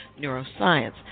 Neuroscience